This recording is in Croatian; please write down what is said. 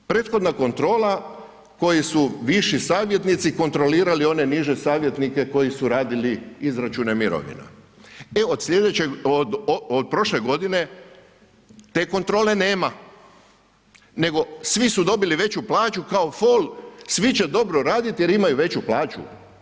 Prethodna kontrola koji su viši savjetnici kontrolirali one niže savjetnike koji su radili izračune mirovina, e od slijedeće, od prošle godine te kontrole nema, nego svi su dobili veću plaću kao fol, svi će dobro raditi jer imaju veću plaću.